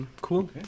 Cool